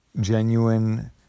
genuine